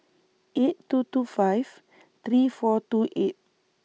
eight two two five three four two eight